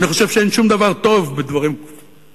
אני חושב שאין שום דבר טוב בדברים כפויים.